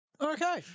Okay